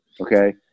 Okay